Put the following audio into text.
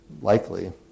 likely